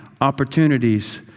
opportunities